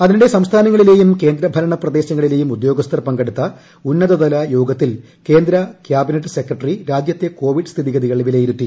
അതിനിടെ സംസ്ഥാനങ്ങളിലേയും കേന്ദ്ര ഭരണ പ്രദേശങ്ങളിലേയും ഉദ്യോഗസ്ഥർ പങ്കെടുത്ത ഉന്നതതല യോഗത്തിൽ കേന്ദ്ര ക്യാബിനറ്റ് സെക്രട്ടറി രാജൃത്തെ കോവിഡ് സ്ഥിതിഗതികൾ വിലയിരുത്തി